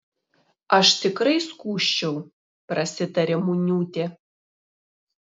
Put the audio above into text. aš tikrai skųsčiau prasitarė muniūtė